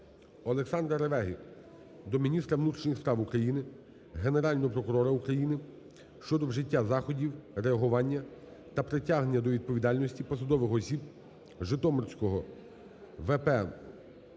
Олександра Ревеги до міністра внутрішніх справ України, Генерального прокурора України щодо вжиття заходів реагування та притягнення до відповідальності посадових осіб Житомирського ВП ГУНП